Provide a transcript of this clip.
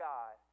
God